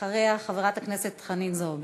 אחריה, חברת הכנסת חנין זועבי.